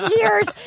years